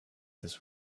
this